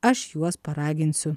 aš juos paraginsiu